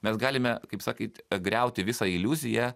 mes galime kaip sakyt griauti visą iliuziją